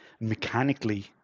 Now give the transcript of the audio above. mechanically